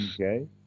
Okay